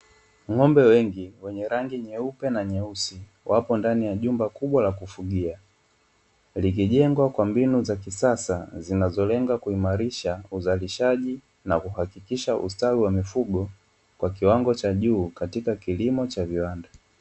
Ng'ombe wengi wenye rangi nyeupe na nyeusi wapo ndani ya jumba kubwa la kufugia, likijengwa kwa mbinu za kisasa zinazolenga kuimarisha uzalishaji, na kuhakikisha usitawi wa mifugo kwa kiwango cha juu katika kilimo cha viwanda.